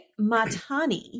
matani